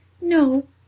No